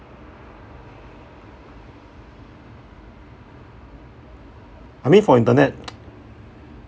I mean for internet